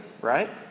right